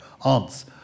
aunts